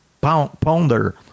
ponder